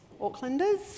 Aucklanders